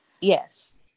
Yes